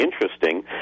interesting